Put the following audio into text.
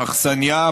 אכסניה,